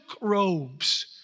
robes